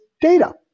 data